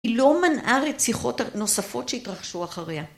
היא לא מנעה רציחות נוספות שהתרחשו אחריה.